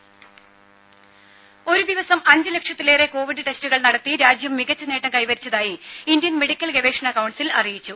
ദേദ ഒരു ദിവസം അഞ്ചു ലക്ഷത്തിലേറെ കോവിഡ് ടെസ്റ്റുകൾ നടത്തി രാജ്യം മികച്ച നേട്ടം കൈവരിച്ചതായി ഇന്ത്യൻ മെഡിക്കൽ ഗവേഷണ കൌൺസിൽ അറിയിച്ചു